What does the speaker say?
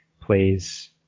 plays